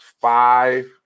five